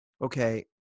okay